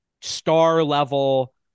star-level